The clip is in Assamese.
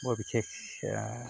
বৰ বিশেষ